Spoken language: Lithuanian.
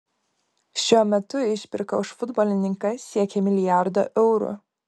šiuo metu išpirka už futbolininką siekia milijardą eurų